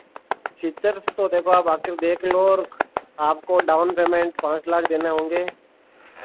features तो देखो आप आकर देख लो और आपको डाउन पेमेंट पाँच लाख देने होंगे